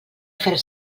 fer